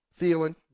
Thielen